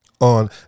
on